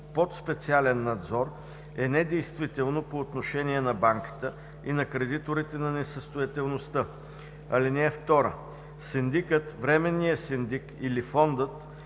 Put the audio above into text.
под специален надзор, е недействително по отношение на банката и на кредиторите на несъстоятелността. (2) Синдикът, временният синдик или фондът